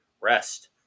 Rest